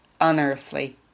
unearthly